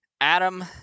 Adam